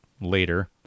later